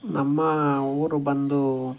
ನಮ್ಮ ಊರು ಬಂದು